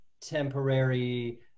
temporary